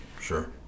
Sure